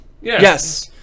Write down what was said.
Yes